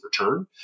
return